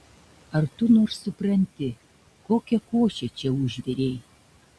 ar tu nors supranti kokią košę čia užvirei